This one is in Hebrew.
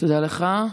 תודה לך.